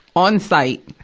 on sight.